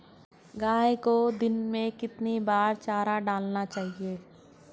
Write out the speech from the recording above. गाय को दिन में कितनी बार चारा डालना चाहिए?